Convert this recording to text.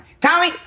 Tommy